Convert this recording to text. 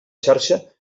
xarxa